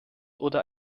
oder